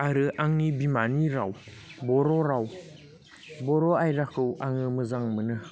आरो आंनि बिमानि राव बर' राव बर' आयदाखौ आङो मोजां मोनो